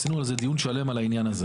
ערכנו דיון שלם בנושא.